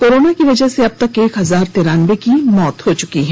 corona की वजह से अबतक एक हजार तिरानबे की मौत हो चुकी है